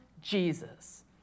Jesus